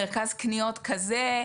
מרכז קניות כזה,